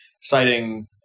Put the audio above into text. citing